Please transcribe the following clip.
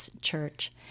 church